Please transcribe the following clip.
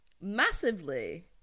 Massively